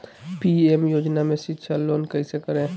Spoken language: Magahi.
पी.एम योजना में शिक्षा लोन कैसे करें?